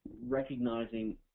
recognizing